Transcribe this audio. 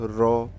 raw